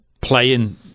playing